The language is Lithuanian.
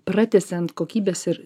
pratęsiant kokybės ir